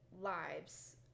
lives